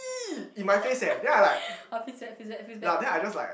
oh feels bad feels bad feels bad